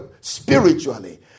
spiritually